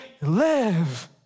live